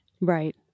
Right